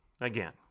Again